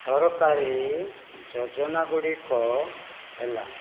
ସରକାରୀ ଯୋଜନା ଗୁଡ଼ିକ ହେଲା